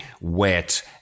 wet